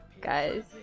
guys